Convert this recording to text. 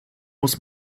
muss